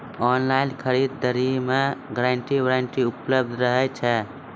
Online खरीद दरी मे गारंटी वारंटी उपलब्ध रहे छै?